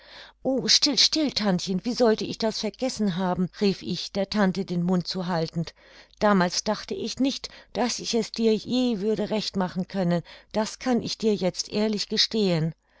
o still still tantchen wie sollte ich das vergessen haben rief ich der tante den mund zuhaltend damals dachte ich nicht daß ich es dir je würde recht machen können das kann ich dir jetzt ehrlich gestehen